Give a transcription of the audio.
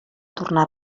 tornar